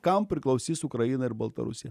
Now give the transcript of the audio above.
kam priklausys ukraina ir baltarusija